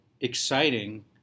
exciting